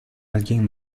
alguien